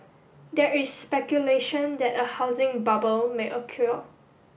there is speculation that a housing bubble may occur